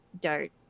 dart